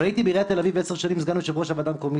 אבל הייתי בעיריית תל אביב סגן יושב-ראש הוועדה המקומית